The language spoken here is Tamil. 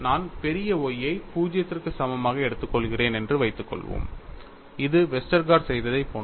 நான் பெரிய Y ஐ 0 க்கு சமமாக எடுத்துக்கொள்கிறேன் என்று வைத்துக்கொள்வோம் இது வெஸ்டர்கார்ட் செய்ததைப் போன்றது